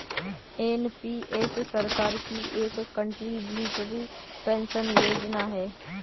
NPS सरकार की एक कंट्रीब्यूटरी पेंशन योजना है